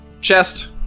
chest